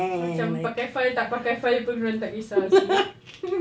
aku macam >pakai file tak pakai file pun dia orang tak kisah seh